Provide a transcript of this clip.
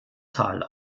tal